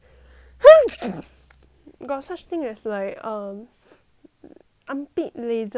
got such thing as like um armpit laser treatment so they will